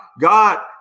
God